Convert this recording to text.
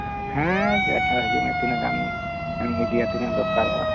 ᱦᱮᱸ ᱟᱪᱷᱟ ᱦᱤᱡᱩᱜ ᱢᱮ ᱛᱤᱱᱟᱹᱜ ᱜᱟᱱ ᱮᱢ ᱤᱫᱤᱭᱟ ᱛᱤᱱᱟᱹᱜ ᱫᱚᱨᱠᱟᱨᱚᱜᱼᱟ